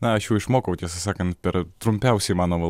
na aš jau išmokau tiesą sakant per trumpiausią įmanomą